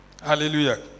Hallelujah